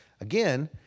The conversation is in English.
Again